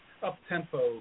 up-tempo